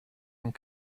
and